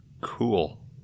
cool